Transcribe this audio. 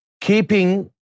keeping